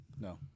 No